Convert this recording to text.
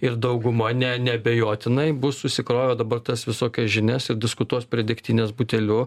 ir dauguma ne neabejotinai bus susikrovę dabar tas visokias žinias ir diskutuos prie degtinės butelių